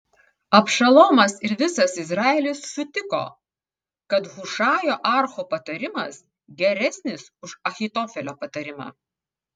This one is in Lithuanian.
abšalomas ir visas izraelis sutiko kad hušajo archo patarimas geresnis už ahitofelio patarimą